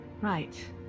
right